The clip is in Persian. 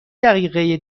دقیقه